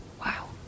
Wow